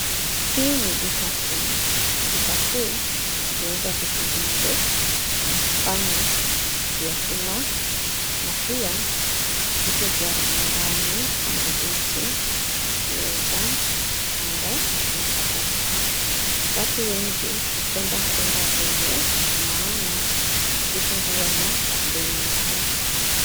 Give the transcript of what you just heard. Hii ni duka juu , duka kuu huuza vitu vingi kwa mfano vyakula na pia viatu vya nyumbani kama viti, meza kitanda na kadhalika. Watu wengi hupenda kwenda humo kwa maana vitu huwa na bei nafuu.